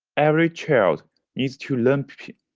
every child needs to learn p.